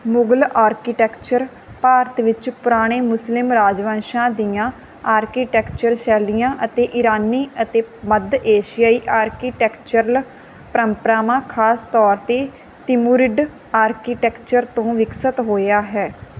Mughal architecture Bharat ਵਿੱਚ ਪੁਰਾਣੇ ਮੁਸਲਿਮ ਰਾਜਵੰਸ਼ਾਂ ਦੀਆਂ ਆਰਕੀਟੈਕਚਰ ਸ਼ੈਲੀਆਂ ਅਤੇ ਈਰਾਨੀ ਅਤੇ ਮੱਧ ਏਸ਼ੀਆਈ ਆਰਕੀਟੈਕਚਰਲ ਪਰੰਪਰਾਵਾਂ ਖ਼ਾਸ ਤੌਰ 'ਤੇ ਤਿਮੂਰਿਡ ਆਰਕੀਟੈਕਚਰ ਤੋਂ ਵਿਕਸਤ ਹੋਇਆ ਹੈ